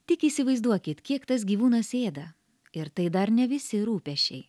tik įsivaizduokit kiek tas gyvūnas ėda ir tai dar ne visi rūpesčiai